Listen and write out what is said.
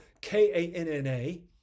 K-A-N-N-A